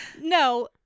No